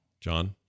John